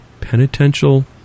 penitential